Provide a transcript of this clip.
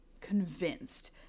convinced